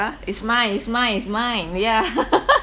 is mine is mine is mine yeah